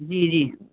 جی جی